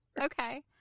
Okay